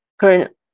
current